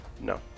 No